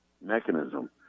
mechanism